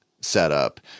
setup